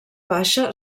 baixa